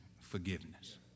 forgiveness